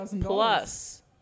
Plus